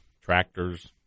tractors